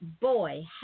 boy